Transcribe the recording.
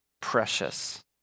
precious